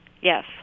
Yes